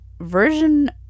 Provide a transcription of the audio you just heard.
version